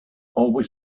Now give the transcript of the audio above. always